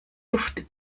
duft